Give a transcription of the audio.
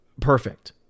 perfect